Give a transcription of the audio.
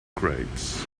grapes